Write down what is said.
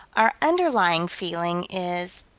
our underlying feeling is